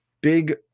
big –